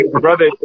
brother